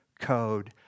code